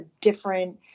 different